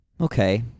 Okay